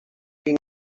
vinc